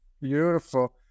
Beautiful